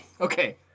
Okay